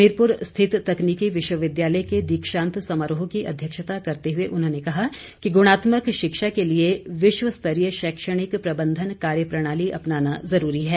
हमीरपुर रिथत तकनीकी विश्वविद्यालय के दीक्षांत समारोह की अध्यक्षता करते हए उन्होंने कहा कि गुणात्मक शिक्षा के लिए विश्व स्तरीय शैक्षणिक प्रबंधन कार्य प्रणाली अपनाना जरूरी है